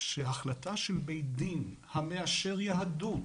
שהחלטה של בית דין אשר מאשר יהדות,